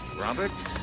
Robert